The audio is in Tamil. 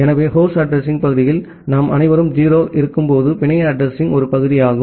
எனவே ஹோஸ்ட் அட்ரஸிங்பகுதியில் நாம் அனைவரும் 0 இருக்கும் போது பிணைய அட்ரஸிங் ஒரு பகுதியாகும்